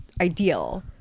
ideal